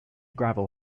gravel